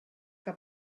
que